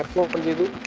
will forgive you,